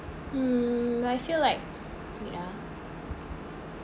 mm I feel like wait ah